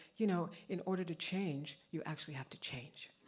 you know in order to change, you actually have to change.